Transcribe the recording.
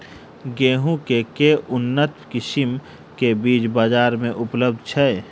गेंहूँ केँ के उन्नत किसिम केँ बीज बजार मे उपलब्ध छैय?